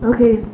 Okay